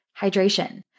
hydration